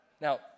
Now